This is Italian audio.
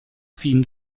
film